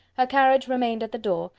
her carriage remained at the door,